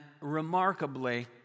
remarkably